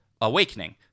Awakening